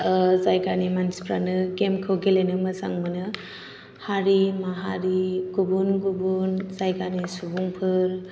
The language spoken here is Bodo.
जायगानि मानसिफोरानो गेम खौ गेलेनो मोजां मोनो हारि माहारि गुबुन गुबुन जायगानि सुबुंफोर